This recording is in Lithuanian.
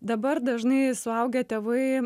dabar dažnai suaugę tėvai